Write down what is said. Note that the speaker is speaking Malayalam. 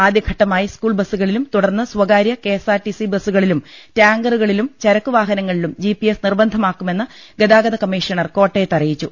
ആദ്യഘട്ടമായി സ്കൂൾബസുകളിലും തുടർന്ന് സ്ഥകാര്യ കെ എസ് ആർ ടി സിബസുകളിലും ടാങ്കറുകളിലും ചരക്കുവാഹനങ്ങളിലും ജി പി എസ് നിർബന്ധമാക്കുമെന്ന് ഗതാഗത കമ്മീഷണർ കോട്ടയത്ത് അറിയിച്ചു